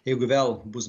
jeigu vėl bus